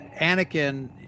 Anakin